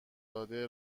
داده